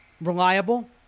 Reliable